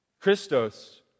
Christos